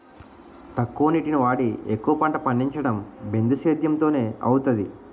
తక్కువ నీటిని వాడి ఎక్కువ పంట పండించడం బిందుసేధ్యేమ్ తోనే అవుతాది